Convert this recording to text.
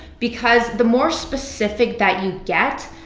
because the more specific that you get,